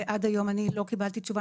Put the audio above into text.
עד היום אני לא קיבלתי תשובה.